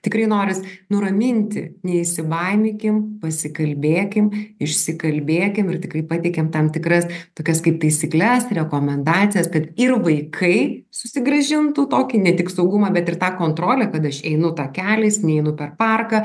tikrai noris nuraminti neįsibaiminkim pasikalbėkim išsikalbėkim ir tikrai pateikiam tam tikras tokias kaip taisykles rekomendacijas kad ir vaikai susigrąžintų tokį ne tik saugumą bet ir tą kontrolę kad aš einu takeliais neeinu per parką